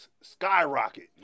skyrocket